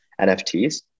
NFTs